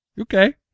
Okay